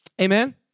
Amen